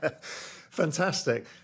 Fantastic